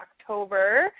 October